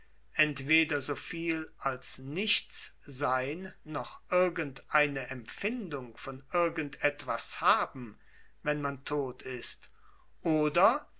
entweder so viel als nichts sein noch irgend eine empfindung von irgend etwas haben wenn man tot ist oder